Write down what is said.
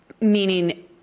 meaning